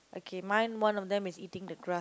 okay mine one of them is eating the grass